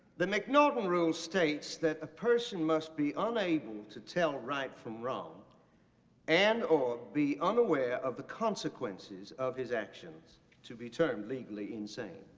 the m'naughten rule states that a person must be unable to tell right from wrong and or be unaware of the consequences of his actions to be termed legally insane.